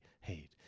hate